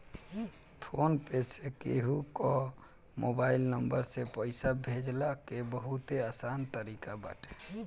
phone पे से केहू कअ मोबाइल नंबर से पईसा भेजला के बहुते आसान तरीका बाटे